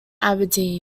aberdeen